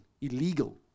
Illegal